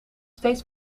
steeds